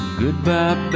goodbye